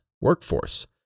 workforce